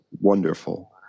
wonderful